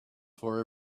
for